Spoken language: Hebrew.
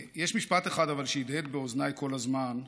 אבל יש משפט אחד שהדהד באוזניי כל הזמן,